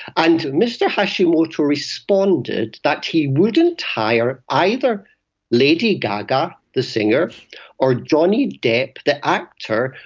and mr hashimoto responded that he wouldn't hire either lady gaga the singer or johnny depp the actor,